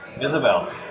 Isabel